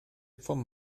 vom